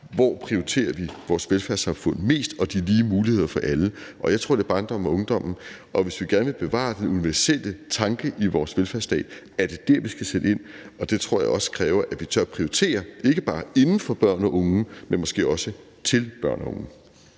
vi prioriterer mest i vores velfærdssamfund, og det med lige muligheder for alle. Jeg tror da, det er barndommen og ungdommen, og hvis vi gerne vil bevare den universelle tanke i vores velfærdsstat, er det dér, vi skal sætte ind. Det tror jeg også kræver, at vi tør prioritere, ikke bare inden for børn og unge-området, men måske også børn og unge